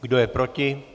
Kdo je proti?